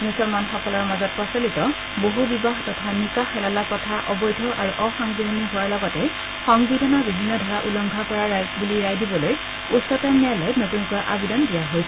মুছলমানসকলৰ মাজত প্ৰচলিত বহু বিবাহ তথা নিকাহ হালালা প্ৰথা অবৈধ আৰু অসংবিধানিক হোৱাৰ লগতে সংবিধানৰ বিভিন্ন ধাৰা উলংঘা কৰা বুলি ৰায় দিবলৈ উচ্চতম ন্যায়ালয়ত নতুনকৈ আবেদন দিয়া হৈছে